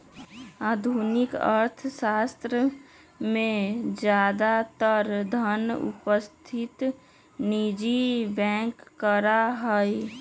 आधुनिक अर्थशास्त्र में ज्यादातर धन उत्पत्ति निजी बैंक करा हई